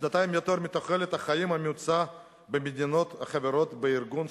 שנתיים יותר מתוחלת החיים הממוצעת במדינות החברות בארגון,